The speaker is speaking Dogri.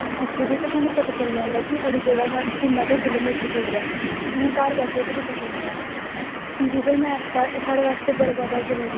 कदैं नी अपनी भाशा मतलव पिच्छें नी रक्खगन अपनां भाशा करनीं तुसें गी लब्भी जंदा अपनीं भाशा करदै नी शोड़दा अपनी गल्लैं गी कदैं नी ओह् पिच्छें नेंई रखदा सर